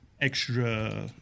Extra